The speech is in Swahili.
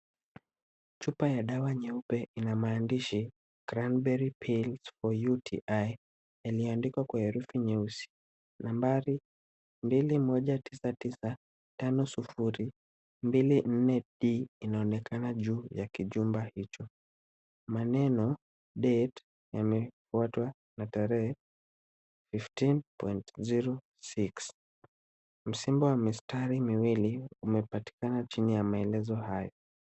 Chupa ya dawa nyeupe inamaandishi cranberry pill for UTI , ilioandikwa kwa herufi nyeusi. Nambari, mbili moja tisa tisa, tano sufuri, mbili nne D inaonekana juu ya kijumba hicho. Maneno, date , MA, quota , na tarehe fifteen point zero six . Msimbo wa mistari miwili umepatikana chini ya maelezo hayo.